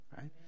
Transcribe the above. right